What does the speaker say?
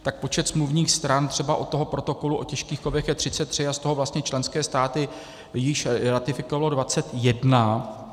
Tak počet smluvních stran třeba od toho protokolu o těžkých kovech je 33 a z toho vlastně členské státy již ratifikovalo 21.